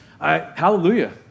Hallelujah